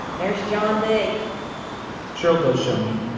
there's john b cheryl does show me.